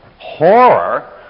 horror